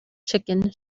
chicken